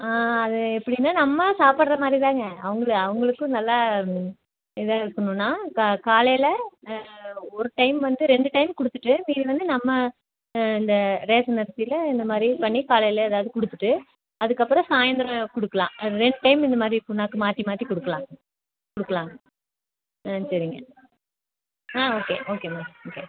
ஆ அது எப்படின்னா நம்ம சாப்பிட்ற மாதிரி தாங்க அவங்க அவங்களுக்கும் நல்லா இதா இருக்கணுன்னா கா காலையில் ஒரு டைம் வந்து ரெண்டு டைம் கொடுத்துட்டு மீதி வந்து நம்ம இந்த ரேஷன் அரிசியில் இந்த மாதிரி பண்ணி காலையில் ஏதாவது கொடுத்துட்டு அதுக்கப்புறம் சாயிந்தரம் கொடுக்கலாம் ரெண்டு டைம் இந்த மாதிரி புன்னாக்கை மாற்றி மாற்றி கொடுக்கலாம்ங்க கொடுக்கலாங்க ஆ சரிங்க ஆ ஓகே ஓகே மேம் ஓகே